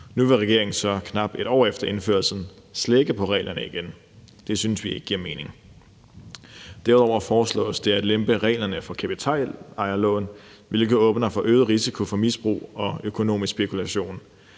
Nu vil regeringen så knap et år efter indførelsen slække på reglerne igen. Det synes vi ikke giver mening. Derudover foreslås det at lempe reglerne for kapitalejerlån, hvilket åbner for øget risiko for misbrug og økonomisk spekulation.